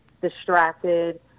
distracted